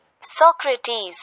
Socrates